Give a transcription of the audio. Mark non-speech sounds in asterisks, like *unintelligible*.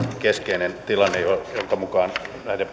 keskeinen tilanne jonka mukaan näiden *unintelligible*